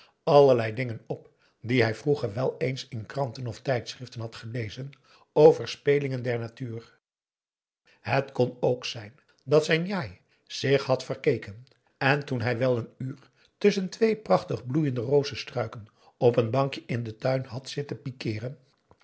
allerlei dingen op die hij vroeger wel eens in kranten of tijdschriften had gelezen over spelingen der natuur het kon ook zijn dat zijn njai zich had verkeken en toen hij wel een uur tusschen twee prachtig bloeiende rozenstruiken op een bankje in den tuin had zitten pikiren